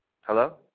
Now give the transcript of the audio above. Hello